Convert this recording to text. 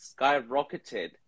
skyrocketed